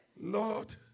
Lord